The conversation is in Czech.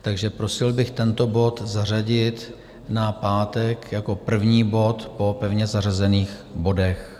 Takže prosil bych tento bod zařadit na pátek jako první bod po pevně zařazených bodech.